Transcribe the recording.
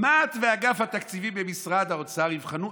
"מה"ט ואגף התקציבים במשרד האוצר יבחנו,